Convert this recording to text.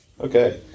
Okay